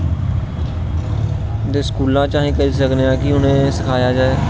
स्कूलें च अस करी सकने आं कि उनेंगी सिखाया जाए